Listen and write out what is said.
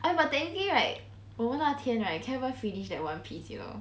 ah but technically right 我们那天 right cannot even finish that one piece you know